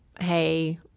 hey